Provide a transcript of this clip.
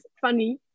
funny